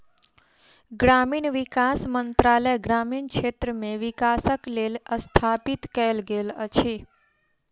ग्रामीण विकास मंत्रालय ग्रामीण क्षेत्र मे विकासक लेल स्थापित कयल गेल अछि